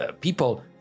people